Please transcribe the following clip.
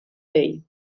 dei